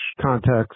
context